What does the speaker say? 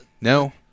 No